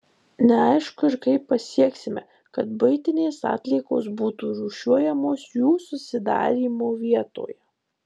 neaišku ir kaip pasieksime kad buitinės atliekos būtų rūšiuojamos jų susidarymo vietoje